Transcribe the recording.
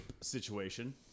situation